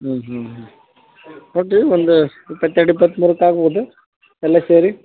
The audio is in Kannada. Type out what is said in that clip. ಹ್ಞೂ ಹ್ಞೂ ನೋಡಿರಿ ಒಂದು ಇಪ್ಪತ್ತೆರಡು ಇಪ್ಪತ್ಮೂರಕ್ಕೆ ಆಗಬೌದು ಎಲ್ಲ ಸೇರಿ